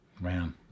Man